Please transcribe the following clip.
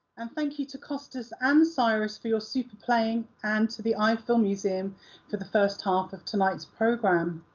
and thank you to costas and cyrus for your super playing and to the eye filmmuseum for the first half of tonight's programme.